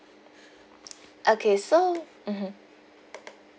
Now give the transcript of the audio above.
okay so mmhmm